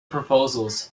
proposals